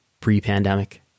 pre-pandemic